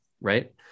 Right